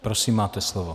Prosím, máte slovo.